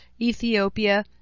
Ethiopia